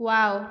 wow